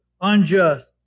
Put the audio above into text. unjust